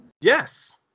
Yes